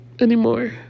anymore